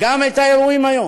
גם את האירועים היום.